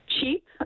cheap